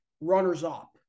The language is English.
runners-up